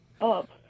up